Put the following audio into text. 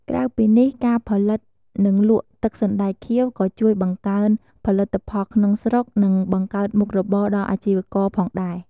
ក្រៅពីនេះ ការផលិត និងលក់ទឹកសណ្ដែកខៀវ ក៏ជួយបង្កើនផលិតផលក្នុងស្រុក និងបង្កើតមុខរបរដល់អាជីវករផងដែរ។